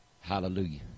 Hallelujah